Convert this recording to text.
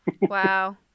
Wow